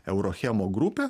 euro hemo grupė